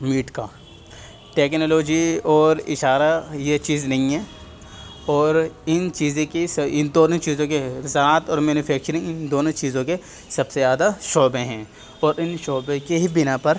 meat کا technology اور اشارہ یہ چیز نہیں ہے اور ان چیزیں کی ان دونوں چیزوں کے زراعت اور مینوفیکچرنگ دونوں چیزوں کے سب سے زیادہ شعبے ہیں اور ان شعبے کے ہی بنا پر